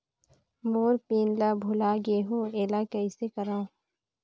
मोर PIN ला भुला गे हो एला कइसे करो?